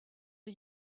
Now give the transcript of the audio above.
are